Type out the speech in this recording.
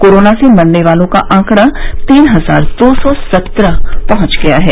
corona से मरने वालों का आंकड़ा तीन हजार दो सौ सत्रह पहुंच गया है